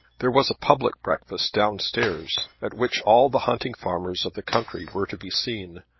there was a public breakfast down-stairs, at which all the hunting farmers of the country were to be seen,